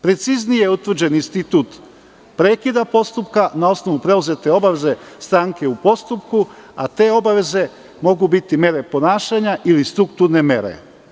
Preciznije, utvrđeni institut prekida postupak na osnovu preuzete obaveze stranke u postupku, a te obaveze mogu biti mere ponašanja ili strukturne mere.